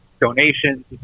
donations